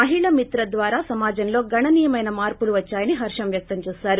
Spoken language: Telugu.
మహిళ మిత్ర ద్వారా సమాజంలో గణనీయమైన మార్పులు వద్చాయిని హర్షం వ్యక్తం చేసారు